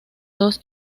dos